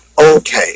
okay